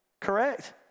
correct